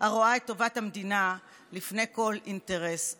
הרואה את טובת המדינה לפני כל אינטרס אחר.